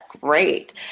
great